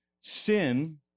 sin